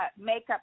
makeup